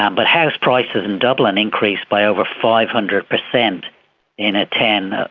um but house prices in dublin increased by over five hundred percent in a ten,